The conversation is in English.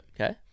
Okay